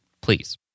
please